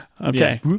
okay